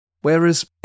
whereas